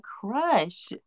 crush